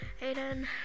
Aiden